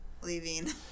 Leaving